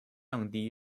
降低